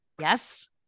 Yes